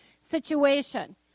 situation